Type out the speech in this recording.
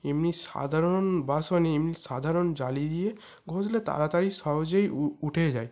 এমনি সাধারণ বাসন এমনি সাধারণ জালি দিয়ে ঘষলে তাড়াতাড়ি সহজেই উঠে যায়